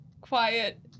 quiet